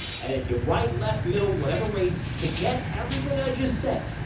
and if you're right, left, middle, whatever race, forget everything i just said,